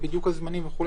הזמנים וכו',